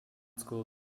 school